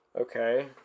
Okay